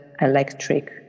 electric